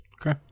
Okay